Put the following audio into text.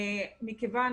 מכיוון